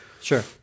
Sure